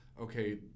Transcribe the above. okay